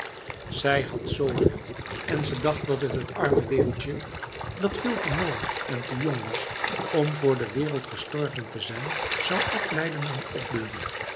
zij had zveel en ze dacht dat het t arme weeuwtje dat veel te mooi en te jong was om voor de wereld gestorven te zijn zou afleiden en opbeuren